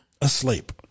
asleep